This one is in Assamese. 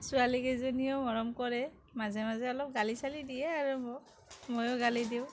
ছোৱালী কেইজনীয়েও মৰম কৰে মাজে মাজে অলপ গালি চালি দিয়ে আৰু মোক ময়ো গালি দিওঁ